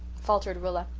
faltered rilla.